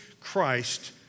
Christ